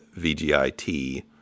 VGIT